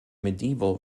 medieval